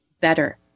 better